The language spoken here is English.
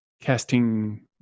casting